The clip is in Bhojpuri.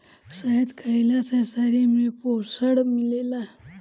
शहद खइला से शरीर में पोषण मिलेला